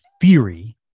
theory